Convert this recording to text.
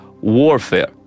warfare